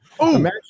imagine